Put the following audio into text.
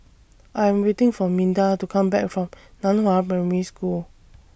I Am waiting For Minda to Come Back from NAN Hua Primary School